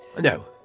No